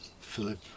Philip